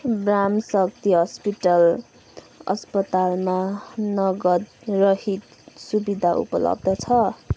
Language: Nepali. ब्राह्म शक्ति हस्पिटल अस्पतालमा नगदरहित सुविधा उपलब्ध छ